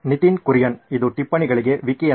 ನಿತಿನ್ ಕುರಿಯನ್ ಇದು ಟಿಪ್ಪಣಿಗಳಿಗೆ ವಿಕಿಯಂತೆ